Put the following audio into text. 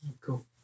cool